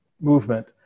movement